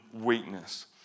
weakness